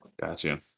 Gotcha